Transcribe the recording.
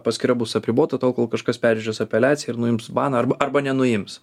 paskyra bus apribota tol kol kažkas peržiūrės apeliaciją ir nuims baną arba arba nenuims